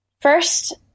First